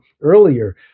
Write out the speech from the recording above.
earlier